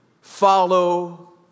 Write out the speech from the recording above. follow